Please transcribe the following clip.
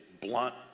Blunt